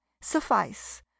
suffice